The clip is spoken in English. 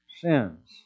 sins